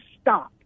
stop